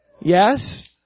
Yes